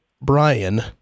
Brian